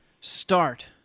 start